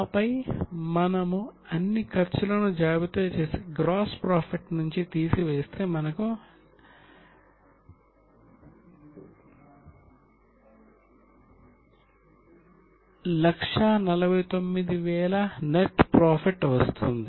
ఆపై మనము అన్ని ఖర్చులను జాబితా చేసి గ్రాస్ ప్రాఫిట్ నుంచి తీసి వేస్తే మనకు 149000 నెట్ ప్రాఫిట్ వస్తుంది